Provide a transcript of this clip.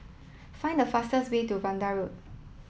find the fastest way to Vanda Road